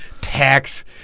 tax